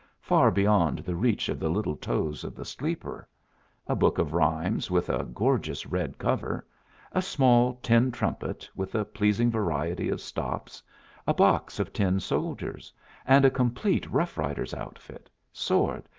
far beyond the reach of the little toes of the sleeper a book of rhymes with a gorgeous red cover a small tin trumpet, with a pleasing variety of stops a box of tin soldiers and a complete rough-rider's outfit, sword,